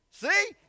See